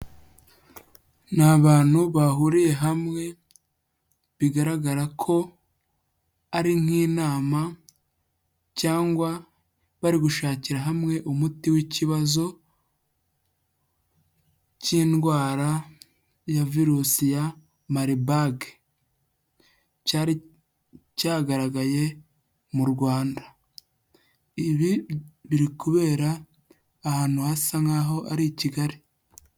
Ni abantu bahuriye hamwe, bigaragara ko ari nk'inama cyangwa bari gushakira hamwe umuti w'ikibazo k'indwara ya virusi ya maribage cyari cyagaragaye mu Rwanda, ibi biri kubera ahantu hasa nk'aho ari i Kigali.